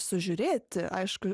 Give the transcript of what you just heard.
sužiūrėti aišku